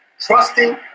trusting